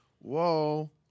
whoa